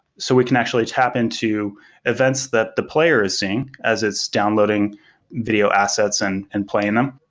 so we can actually tap into events that the player is seeing as it's downloading video assets and and playing them.